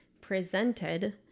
presented